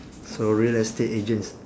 so real estate agents